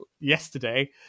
yesterday